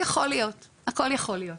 יכול להיות, הכול יכול להיות.